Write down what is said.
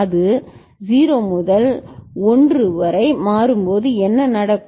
அது 0 முதல் 1 வரை மாறும்போது என்ன நடக்கும்